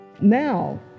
Now